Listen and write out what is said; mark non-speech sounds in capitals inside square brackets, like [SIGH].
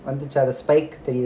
வந்துச்சா ஒரு:vanthucha oru spike [LAUGHS]